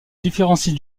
différencie